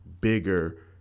bigger